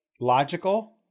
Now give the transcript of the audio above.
logical